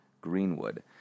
Greenwood